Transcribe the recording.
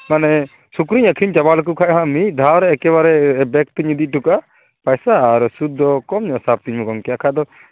ᱢᱟᱱᱮ ᱥᱩᱠᱨᱤᱧ ᱟᱹᱠᱷᱨᱤᱧ ᱪᱟᱵᱟ ᱞᱮᱠᱚ ᱠᱷᱟᱡ ᱢᱤᱫ ᱫᱷᱟᱣᱨᱮ ᱮᱠᱮᱵᱟᱨᱮ ᱵᱮᱝᱠ ᱛᱤᱧ ᱤᱫᱤ ᱦᱚᱴᱚ ᱠᱟᱜᱼᱟ ᱯᱚᱭᱥᱟ ᱟᱨ ᱥᱩᱫᱽ ᱫᱚ ᱠᱚᱢ ᱧᱚᱜ ᱥᱟᱵ ᱛᱤᱧᱢᱮ ᱜᱚᱢᱠᱮ ᱵᱟᱠᱷᱟᱡ ᱫᱚ